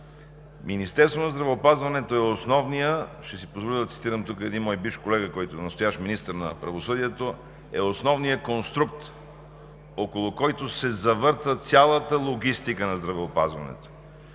Министерството на здравеопазването е основният – ще си позволя да цитирам тук един мой бивш колега, който е настоящ министър на правосъдието – основният конструкт, около който се завърта цялата логистика на здравеопазването.